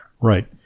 right